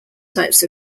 types